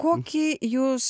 kokį jūs